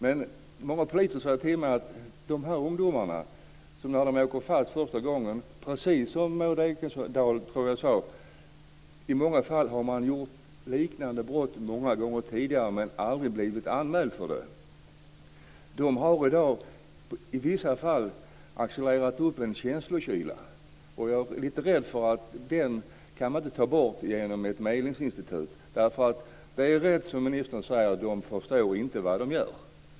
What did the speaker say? Men många poliser säger till mig att många av de här ungdomarna när de åker fast första gången har gjort liknande brott många gånger tidigare men aldrig blivit anmälda för det, precis som Maud Ekendahl sade. I vissa fall har deras känslokyla accelererat till en sådan nivå att jag är rädd att man inte kan komma till rätta med den genom ett medlingsinstitut. Det är riktigt, som ministern säger, att de inte förstår vad de gör.